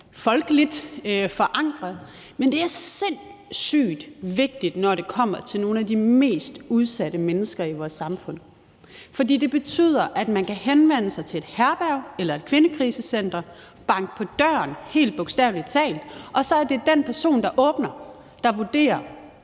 folkeligt forankret, men det er sindssygt vigtigt, når det kommer til nogle af de mest udsatte mennesker i vores samfund. For det betyder, at man kan henvende sig til et herberg eller et kvindekrisecenter, banke på døren helt bogstaveligt, og så er det den person, der åbner, der vurderer,